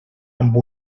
amb